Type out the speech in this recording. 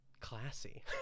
Classy